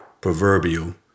proverbial